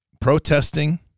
protesting